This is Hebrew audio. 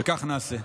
וכך נעשה.